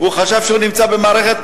הוא חשב שהוא נמצא במערכת בחירות.